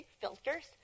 filters